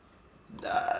uh